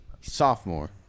sophomore